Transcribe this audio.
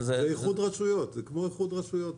זה איחוד רשויות, זה כמו איחוד רשויות.